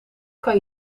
kan